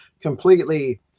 completely